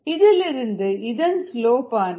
இதிலிருந்து இதன் slope KmKI 0